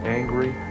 angry